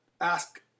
ask